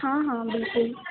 हाँ हाँ बिल्कुल